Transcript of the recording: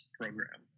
program